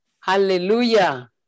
Hallelujah